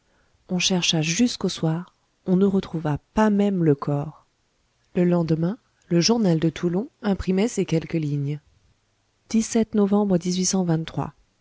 on chercha jusqu'au soir on ne retrouva pas même le corps le lendemain le journal de toulon imprimait ces quelques lignes novembre